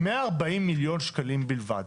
140 מיליון שקלים בלבד.